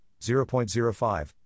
0.05